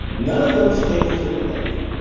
none of those tables have been done yet.